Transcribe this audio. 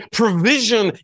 provision